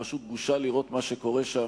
זאת פשוט בושה לראות מה שקורה שם.